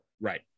Right